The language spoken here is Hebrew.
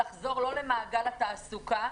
לחזור למעגל התעסוקה,